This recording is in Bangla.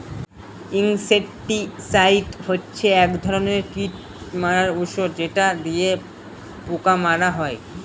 ইনসেক্টিসাইড হচ্ছে এক ধরনের কীট মারার ঔষধ যেটা দিয়ে পোকা মারা হয়